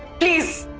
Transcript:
please,